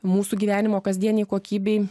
mūsų gyvenimo kasdienei kokybei